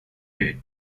tate